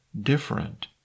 different